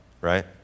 right